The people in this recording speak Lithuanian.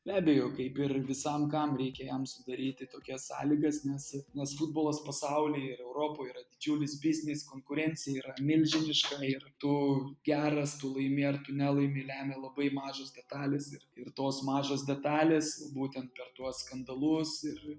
be abejo kaip ir visam kam reikia jam sudaryti tokias sąlygas nes nors futbolas pasauly ir europoj yra didžiulis biznis konkurencija yra milžiniška ir tu geras tu laimi ar tu nelaimi lemia labai mažos detalės ir ir tos mažos detalės būtent per tuos skandalus ir